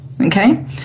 okay